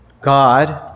God